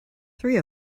three